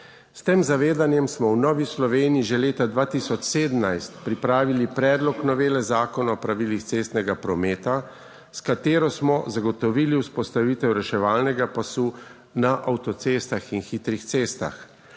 S tem zavedanjem smo v Novi Sloveniji že leta 2017 pripravili predlog novele Zakona o pravilih cestnega prometa, s katero smo zagotovili vzpostavitev reševalnega pasu na avtocestah in hitrih cestah.